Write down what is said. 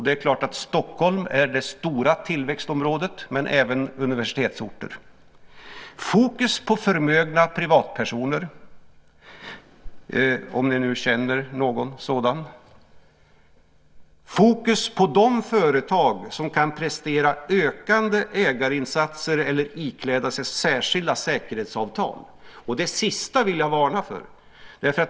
Det är klart att Stockholm är det stora tillväxtområdet, men det gäller även universitetsorter. Det ska vara fokus på förmögna privatpersoner, om ni nu känner någon sådan. Det ska vara fokus på de företag som kan prestera ökande ägarinsatser eller ikläda sig särskilda säkerhetsavtal. Det sista vill jag varna för.